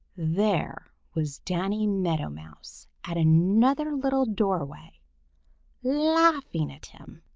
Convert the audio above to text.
there was danny meadow mouse at another little doorway laughing at him!